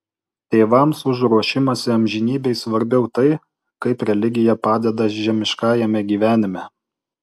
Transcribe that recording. tėvams už ruošimąsi amžinybei svarbiau tai kaip religija padeda žemiškajame gyvenime